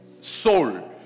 Soul